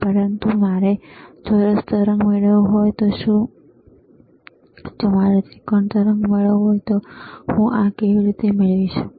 પરંતુ જો મારે ચોરસ તરંગ મેળવવું હોય તો શું જો મારે ત્રિકોણાકાર તરંગ મેળવવું હોય તો હું આ કેવી રીતે મેળવી શકું